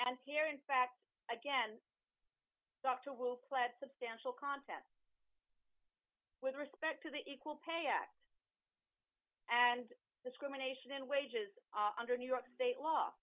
as here in fact again dr will flat substantial contest with respect to the equal pay act and discrimination in wages under new york state law